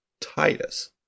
Titus